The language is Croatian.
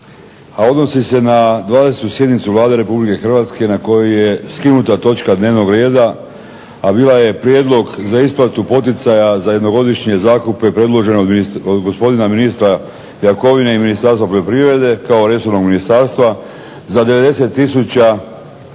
odnosi se na 20.sjednicu Vlade RH na kojoj je skinuta točka dnevnog reda, a bila je prijedlog za isplatu poticaja za jednogodišnje zakupe predloženo od ministra Jakovine i Ministarstva poljoprivrede kao resornog ministra za 90